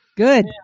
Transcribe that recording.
Good